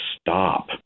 stop